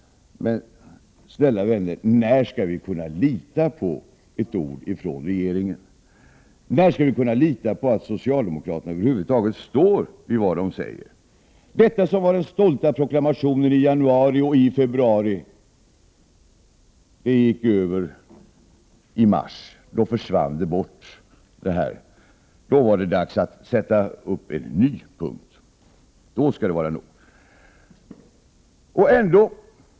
När skall vi kunna lita på ett löfte från regeringen? När skall vi kunna lita på att socialdemokraterna över huvud taget står fast vid det man sagt? Den stolta proklamationen i januari och februari försvann när vi kom in i mars. Då var det dags att föreslå något nytt.